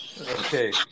Okay